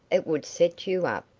it would set you up.